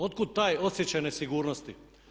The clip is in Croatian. Otkud taj osjećaj nesigurnosti?